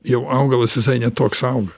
jau augalas visai ne toks auga